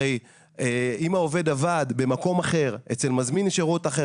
הרי אם העובד עבד במקום אחר אצל מזמין שירות אחר